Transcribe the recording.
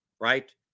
right